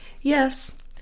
Yes